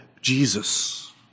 Jesus